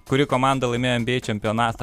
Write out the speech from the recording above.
kuri komanda laimėjo nba čempionatą